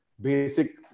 basic